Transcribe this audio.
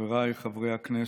חבריי חברי הכנסת,